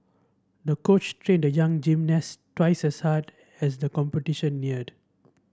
the coach trained the young gymnast twice as hard as the competition neared